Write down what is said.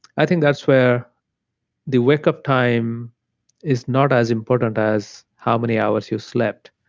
i think that's where the wake-up time is not as important as how many hours you slept